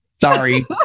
Sorry